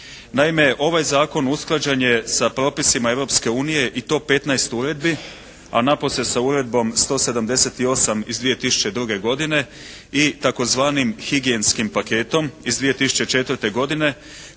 Naime, ovaj zakon usklađen je sa propisima Europske unije i to 15 uredbi, a napose sa uredbom 178. iz 2002. godine i tzv. higijenskim paketom iz 2004. godine